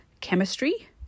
chemistry